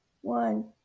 one